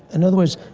in other words,